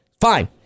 Fine